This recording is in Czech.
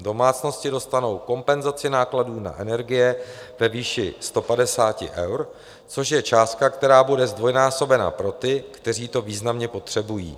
Domácnosti dostanou kompenzaci nákladů na energie ve výši 150 eur, což je částka, která bude zdvojnásobena pro ty, kteří to významně potřebují.